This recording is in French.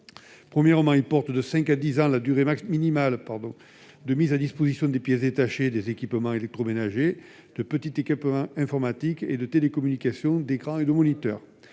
de porter de cinq ans à dix ans la durée minimale de mise à disposition des pièces détachées des équipements électroménagers, des petits équipements informatiques et de télécommunication, d'écrans et de moniteurs.